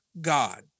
god